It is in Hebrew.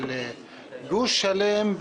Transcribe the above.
גוש שלם,